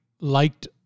liked